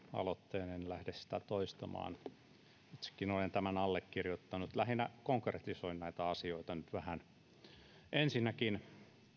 aloitteen en en lähde sitä toistamaan itsekin olen tämän allekirjoittanut lähinnä konkretisoin näitä asioita nyt vähän ensinnäkin